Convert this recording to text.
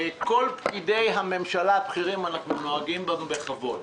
כל פקידי הממשלה הבכירים, אנחנו נוהגים בכבוד.